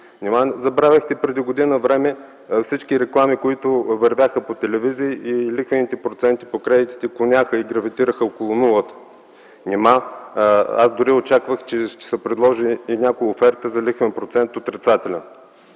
Нима забравихте преди година време всички реклами, които вървяха по телевизиите, и лихвените проценти по кредитите клоняха и гравитираха около нулата? Аз дори очаквах, че ще се предложи и някоя оферта за отрицателен